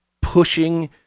pushing